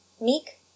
meek